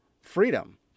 freedom